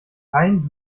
kein